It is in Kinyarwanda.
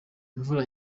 imvura